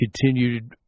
continued